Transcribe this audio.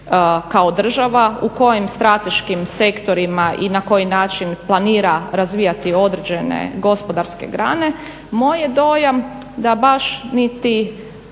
kao država, u kojim strateškim sektorima i na koji način planira razvijati određene gospodarske grane, moj je dojam da baš niti